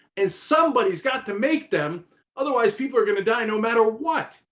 and somebody's got to make them otherwise people are gonna die no matter what,